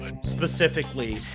specifically